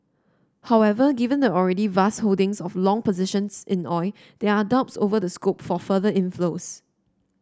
however given the already vast holdings of long positions in oil there are doubts over the scope for further inflows